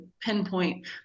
pinpoint